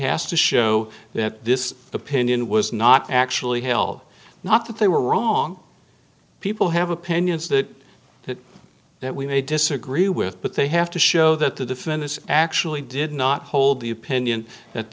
has to show that this opinion was not actually hell not that they were wrong people have opinions that that that we may disagree with but they have to show that the defendants actually did not hold the opinion that